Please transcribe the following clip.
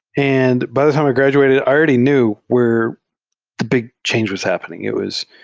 and by the time i graduated already knew where the big change was happening. it was